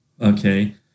okay